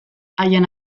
haien